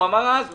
הוא אמר אז,